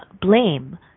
blame